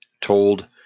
told